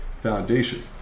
Foundation